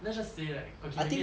let's just say like okay maybe